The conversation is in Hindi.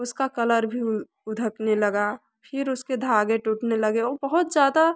उसका कलर भी उधकने लगा फिर उसके धागे टूटने लगे वो बहुत ज़्यादा